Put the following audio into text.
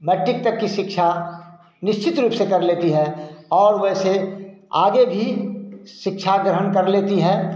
मैटिक तक की शिक्षा निश्चित रूप से कर लेती हैं और वैसे आगे भी शिक्षा ग्रहण कर लेती हैं